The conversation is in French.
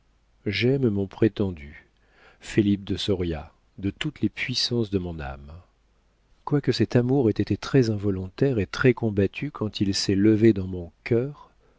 j'aime mon prétendu felipe de soria de toutes les puissances de mon âme quoique cet amour ait été très involontaire et très combattu quand il s'est levé dans mon cœur